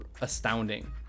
astounding